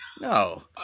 No